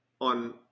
on